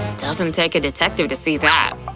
doesn't take a detective to see that.